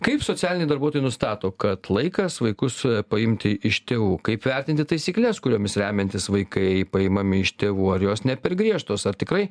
kaip socialiniai darbuotojai nustato kad laikas vaikus paimti iš tėvų kaip vertinti taisykles kuriomis remiantis vaikai paimami iš tėvų ar jos ne per griežtos ar tikrai